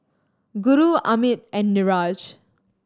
Guru Amit and Niraj